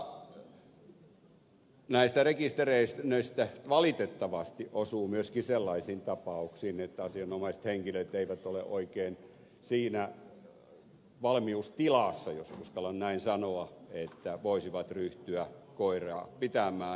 osa näistä rekisteröinneistä valitettavasti osuu myöskin sellaisiin tapauksiin että asianomaiset henkilöt eivät ole oikein siinä valmiustilassa jos uskallan näin sanoa että voisivat ryhtyä koiraa pitämään